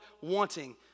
wanting